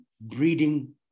breeding